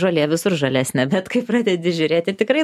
nu žolė visur žalesnė bet kai pradedi žiūrėti tikrai